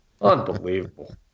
Unbelievable